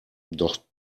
doch